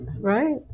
right